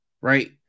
right